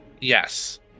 Yes